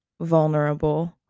vulnerable